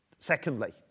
Secondly